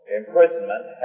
imprisonment